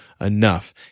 enough